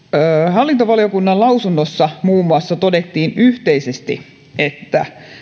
hallintovaliokunnan lausunnossa muun muassa todettiin yhteisesti että